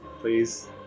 Please